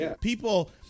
people